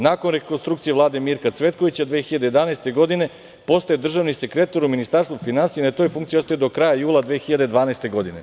Nakon rekonstrukcije Vlade Mirka Cvetkovića, 2011. godine, postaje državni sekretar u Ministarstvu finansija i na toj funkciji ostaje do kraja jula 2012. godine.